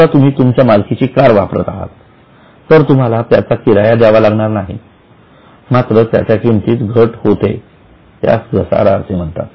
समजा तुम्ही तुमच्या मालकीची कार वापरत आहात तर तुम्हाला त्याचा किराया द्यावा लागणार नाही मात्र त्याच्या किमतीत घट होते त्यास घसारा असे म्हणतात